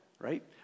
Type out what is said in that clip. right